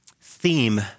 theme